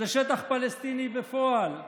זה שטח פלסטיני בפועל,